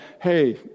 hey